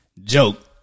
Joke